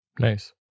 Nice